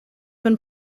been